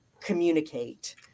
communicate